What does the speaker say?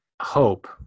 hope